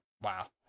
wow